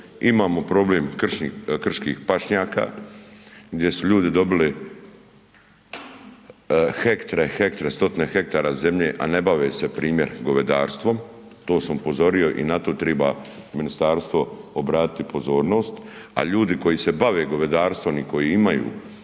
imamo problem krških pašnjaka gdje su ljudi dobili hektre i hektre, stotine hektara zemlje, a ne bave se primjer govedarstvom. To sam upozorio i na to triba ministarstvo obratiti pozornost, a ljudi koji se bave gospodarstvom i koji imaju goveda,